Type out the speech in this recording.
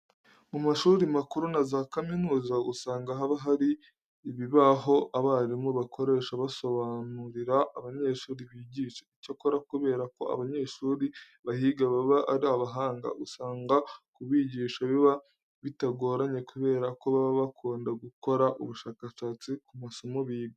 Mu mashuri makuru na za kaminuza usanga haba hari ibibaho abarimu bakoresha basobanurira abanyeshuri bigisha. Icyakora kubera ko abanyeshuri bahiga baba ari abahanga, usanga kubigisha biba bitagoranye kubera ko baba bakunda gukora ubushakashatsi ku masomo biga.